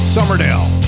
Somerdale